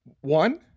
one